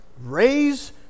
raise